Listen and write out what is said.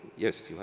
yes,